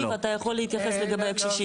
יניב אתה יכול להתייחס לגבי קשישים.